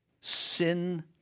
sin